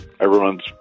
everyone's